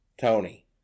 Tony